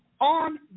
On